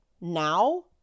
now